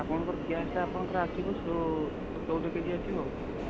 ଆପଣଙ୍କର ଗ୍ୟାସ୍ଟା ଆପଣଙ୍କର ଆସିବ ଚଉଦ କେ ଜି ଆସିବ ଆଉ